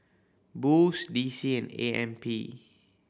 Boost D C and A M P